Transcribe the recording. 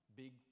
big